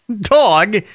dog